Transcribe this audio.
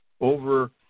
over